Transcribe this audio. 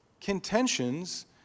contentions